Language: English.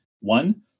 one